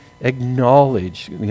acknowledge